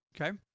Okay